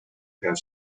have